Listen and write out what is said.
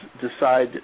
decide